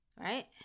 right